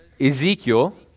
Ezekiel